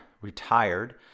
retired